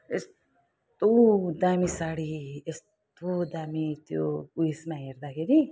यस्तो दामी साडी यस्तो दामी त्यो उयसमा हेर्दाखेरि